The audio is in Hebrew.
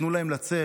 תנו להם לצאת.